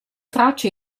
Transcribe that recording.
tracce